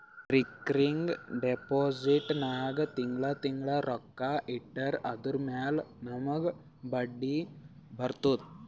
recurring deposit ನಾಗ್ ತಿಂಗಳಾ ತಿಂಗಳಾ ರೊಕ್ಕಾ ಇಟ್ಟರ್ ಅದುರ ಮ್ಯಾಲ ನಮೂಗ್ ಬಡ್ಡಿ ಬರ್ತುದ